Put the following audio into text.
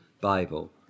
bible